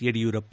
Yediyurappa